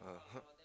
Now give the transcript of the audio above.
(uh huh)